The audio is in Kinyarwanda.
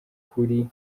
kuri